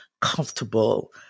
comfortable